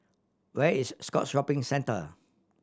where is Scotts Shopping Centre